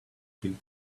build